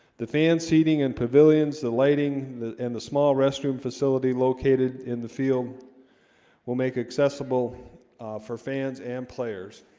the fan seating and pavilions the lighting the and the small restroom facility located in the field will make accessible for fans and players